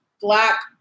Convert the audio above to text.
black